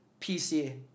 PC